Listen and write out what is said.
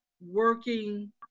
working